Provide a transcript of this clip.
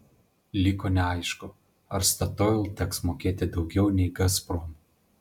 liko neaišku ar statoil teks mokėti daugiau nei gazprom